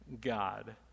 God